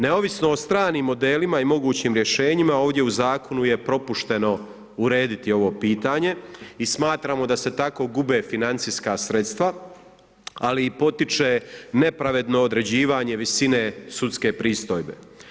Neovisno o stranim modelima i mogućim rješenjima ovdje u zakonu je propušteno urediti ovo pitanje i smatramo da se tako gube financijska sredstva ali i potiče nepravedno određivanje visine sudske pristojbe.